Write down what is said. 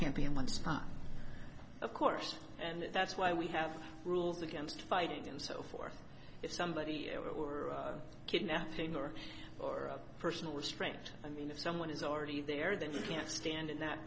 can't be in one spot of course and that's why we have rules against fighting and so forth if somebody or kidnapping or or personal restraint i mean if someone is already there than you can stand in that